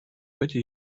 mitte